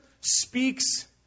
speaks